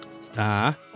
Star